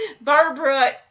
Barbara